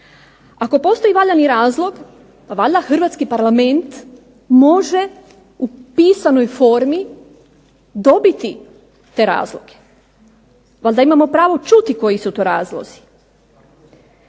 Ako postoji valjani razlog, a valjda hrvatski Parlament može u pisanoj formi dobiti te razloge. Valjda imamo pravo čuti koji su to razlozi.